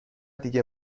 دیگه